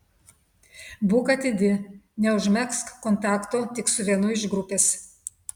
būk atidi neužmegzk kontakto tik su vienu iš grupės